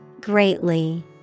Greatly